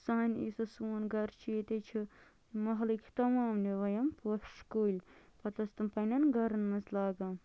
سانہِ یُس حظ سون گَرٕ چھِ ییٚتہِ حظ چھِ محلٕکۍ تمام نِوان یِم پوشہٕ کُلۍ پتہٕ ٲس تِم پنٛنٮ۪ن گَرَن منٛز لاگان